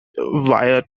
via